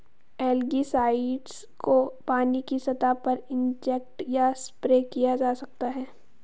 algicides को पानी की सतह पर इंजेक्ट या स्प्रे किया जा सकता है